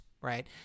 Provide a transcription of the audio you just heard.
right